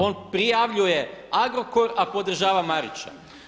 On prijavljuje Agrokor, a podržava Marića.